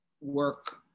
work